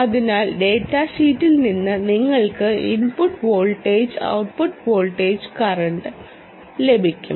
അതിനാൽ ഡാറ്റ ഷീറ്റിൽ നിന്ന് നിങ്ങൾക്ക് ഇൻപുട്ട് വോൾട്ടേജും ഔട്ട്പുട്ട് കറന്റും ലഭിക്കും